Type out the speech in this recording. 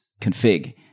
config